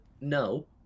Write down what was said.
No